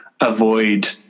avoid